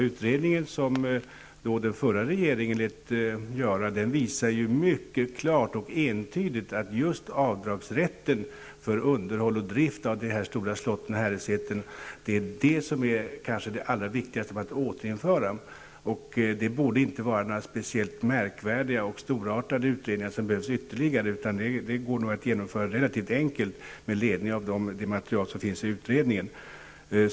Herr talman! Den utredning som den förra regeringen lät göra visar mycket klart och entydigt att just avdragsrätten för underhåll och drift av de här stora slotten och herresätena är det som det är allra viktigast att återinföra. Det borde inte behövas några ytterligare speciellt märkvärdiga eller storartade utredningar. Det går nog att genomföra relativt enkelt med ledning av det material som finns i den genomförda utredningen.